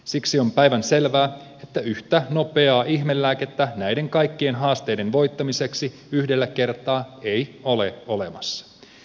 siksi on päivänselvää että yhtä nopeaa ihmelääkettä näiden kaikkien haasteiden voittamiseksi yhdellä kertaa ei ole olemassa